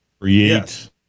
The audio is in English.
create